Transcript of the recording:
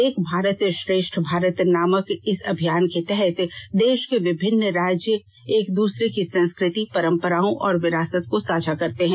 एक भारत श्रेष्ठ भारत नामक इस अभियान के तहत देश के विभिन्न राज्य एक दूसरे की संस्कृति परम्पराओं और विरासत को साझा करते हैं